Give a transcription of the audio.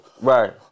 Right